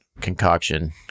concoction